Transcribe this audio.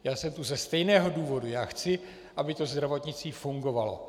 Já sem tu ze stejného důvodu: Já chci, aby zdravotnictví fungovalo.